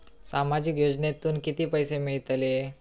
सामाजिक योजनेतून किती पैसे मिळतले?